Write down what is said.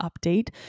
update